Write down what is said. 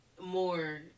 more